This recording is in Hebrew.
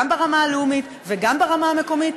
גם ברמה הלאומית וגם ברמה המקומית,